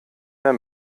der